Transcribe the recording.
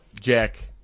Jack